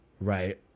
right